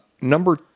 Number